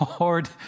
Lord